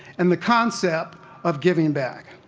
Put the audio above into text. and the concept of, giving back.